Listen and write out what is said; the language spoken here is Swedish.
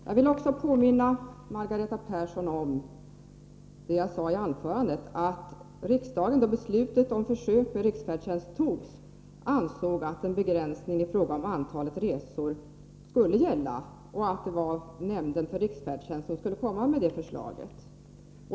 Jag vill också påminna Margareta Persson om att jag i anförandet sade att riksdagen då beslutet om försök med riksfärdtjänsten fattades ansåg att en begränsning i fråga om antalet resor skulle gälla och att nämnden för riksfärdtjänsten skulle komma med det förslaget.